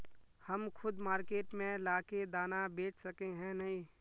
हम खुद मार्केट में ला के दाना बेच सके है नय?